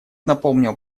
напомнил